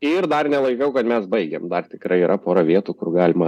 ir dar nelaikau kad mes baigėm dar tikrai yra pora vietų kur galima